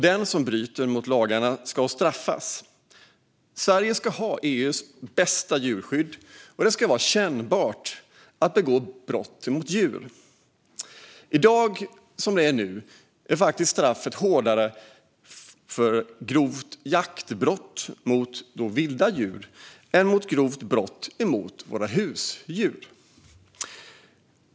Den som bryter mot lagarna ska straffas. Sverige ska ha EU:s bästa djurskydd, och det ska vara kännbart att begå brott mot djur. I dag är det faktiskt hårdare straff för grovt jaktbrott mot vilda djur än för grova brott mot våra husdjur.